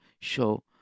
show